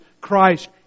Christ